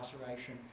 incarceration